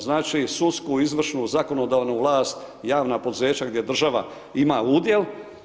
Znači, sudsku, izvršnu, zakonodavnu vlast, javna poduzeća gdje država ima udjel.